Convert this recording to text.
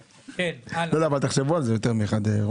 לא אבל תחשבו על זה יותר מאחד.